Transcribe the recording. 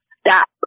stop